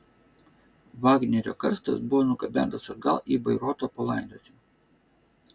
vagnerio karstas buvo nugabentas atgal į bairoitą palaidoti